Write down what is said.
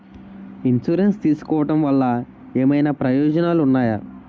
Insurance తీసుకోవటం వల్ల ఏమైనా ప్రయోజనాలు ఉన్నాయా?